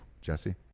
Jesse